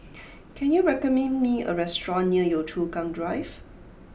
can you recommend me a restaurant near Yio Chu Kang Drive